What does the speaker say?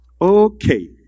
okay